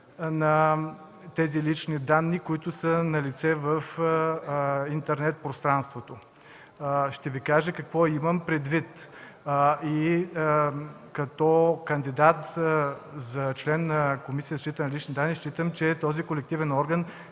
на тези лични данни, които са налице в интернет пространството. Ще Ви кажа какво имам предвид. Като кандидат за член на Комисията за защита на личните данни считам, че този колективен орган